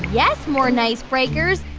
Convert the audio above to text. yes, more nice breakers.